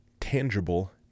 tangible